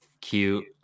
cute